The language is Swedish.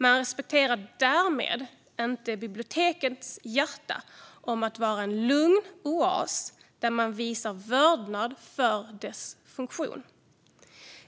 Man respekterar därmed inte bibliotekens hjärta - det handlar om att biblioteken ska vara lugna oaser där man visar vördnad för deras funktion.